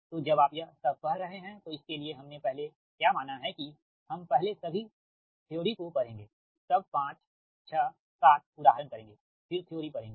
तो जब आप यह सब पढ़ रहे हैंतो इसके लिए हमने पहले क्या माना है कि हम पहले सभी थ्योरी को पढेंगे तब 567 उदाहरण करेंगे फिर थ्योरी पढेंगे